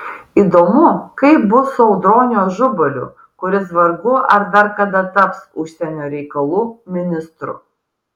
įdomu kaip bus su audroniu ažubaliu kuris vargu ar dar kada taps užsienio reikalų ministru